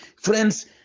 friends